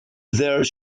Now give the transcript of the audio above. there